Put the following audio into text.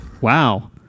Wow